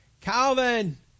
Calvin